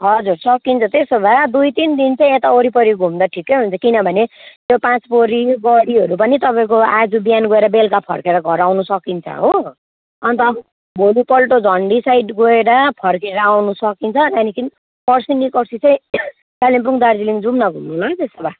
हजुर सकिन्छ त्यसो भए दुई तिन दिन चाहिँ यता वरिपरि घुम्दा ठिकै हुन्छ किनभने त्यो पाँच पोखरी गढीहरू पनि तपाईँको आज बिहान गएर बेलुका फर्केर घर आउनु सकिन्छ हो अन्त भोलिपल्ट झन्डी साइड गएर फर्केर आउनु सकिन्छ त्यहाँदेखि पर्सी निकोर्सी चाहिँ कालिम्पोङ दार्जिलिङ जाउँ न घुम्नु ल त्यसो भए